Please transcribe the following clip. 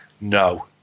no